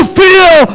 feel